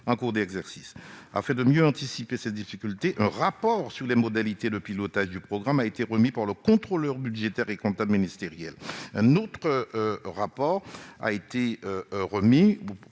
en cours d'exercice. Afin de mieux anticiper cette difficulté, un rapport sur les modalités de pilotage du programme a été remis par le contrôleur budgétaire et comptable ministériel. » Un autre rapport a été remis,